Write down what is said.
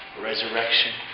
resurrection